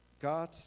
God